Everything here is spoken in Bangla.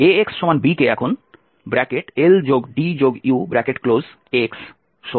Ax b কে এখন LDUxbএই আকারে লেখা যাবে